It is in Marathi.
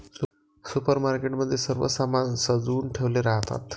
सुपरमार्केट मध्ये सर्व सामान सजवुन ठेवले राहतात